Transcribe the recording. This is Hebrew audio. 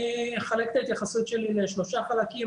אני אחלק את ההתייחסות שלי לשלושה חלקים.